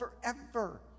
forever